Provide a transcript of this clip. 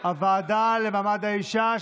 הוועדה למעמד האישה.